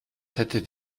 hättet